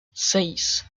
seis